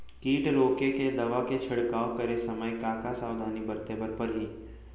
किट रोके के दवा के छिड़काव करे समय, का का सावधानी बरते बर परही?